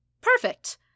Perfect